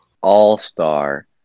All-star